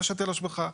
יש היטל השבחה,